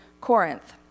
Corinth